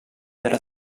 della